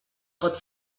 pot